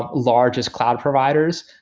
ah largest cloud providers.